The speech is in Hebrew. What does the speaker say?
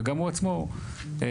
וגם הוא עצמו מרגיש.